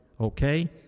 Okay